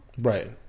Right